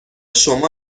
شما